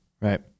right